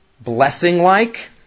blessing-like